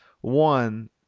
one